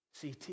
CT